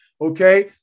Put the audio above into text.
Okay